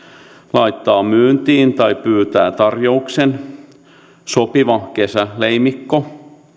laittaa myyntiin tai pyytää tarjouksen sopivasta kesäleimikosta